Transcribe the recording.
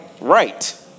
right